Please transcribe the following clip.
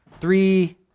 Three